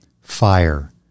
fire